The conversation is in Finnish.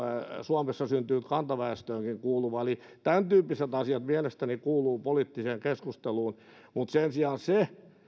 suomessa syntynyt kantaväestöönkin kuuluva eli tämän tyyppiset asiat mielestäni kuuluvat poliittiseen keskusteluun mutta sen sijaan se